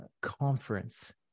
conference